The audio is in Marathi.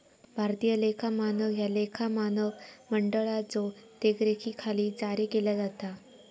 भारतीय लेखा मानक ह्या लेखा मानक मंडळाच्यो देखरेखीखाली जारी केला जाता